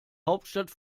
hauptstadt